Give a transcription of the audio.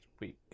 week